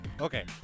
Okay